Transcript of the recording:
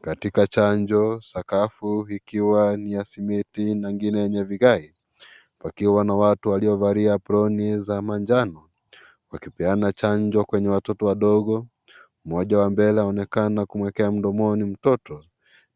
Katika chanjo, sakafu ikiwa ni ya simiti na ingine yenye vigae pakiwa na watu waliovalia aproni za manjano wakipeana chanjo kwenye watoto wadogo moja wa mbele anaonekana kuwekea mdomoni mtoto